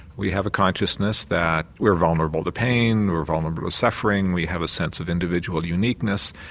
we have a consciousness that we're vulnerable to pain, we're vulnerable to suffering, we have a sense of individual uniqueness,